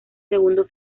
segundo